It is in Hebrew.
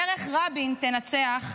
דרך רבין תנצח.